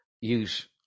use